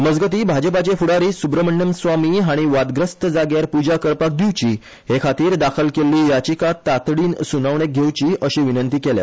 मजगती भाजपाचे फूडारी सुब्रमण्यम स्वामी हाणी वादग्रस्त जाग्यार पूजा करपाक दिवची हे खातीर दाखल केल्ली याचिका तातडीन सुनावणेक घेवची अशी विनंती केल्या